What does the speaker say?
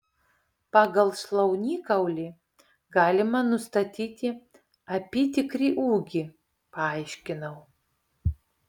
pagal šlaunikaulį galima nustatyti apytikrį ūgį paaiškinau